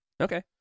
Okay